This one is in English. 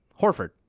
Horford